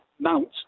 Mount